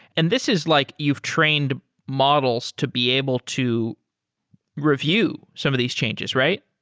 and this is like you've trained models to be able to review some of these changes, right?